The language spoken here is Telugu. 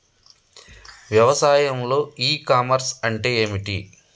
వ్యవసాయంలో ఇ కామర్స్ అంటే ఏమిటి?